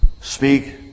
Speak